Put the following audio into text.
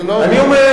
אני אומר,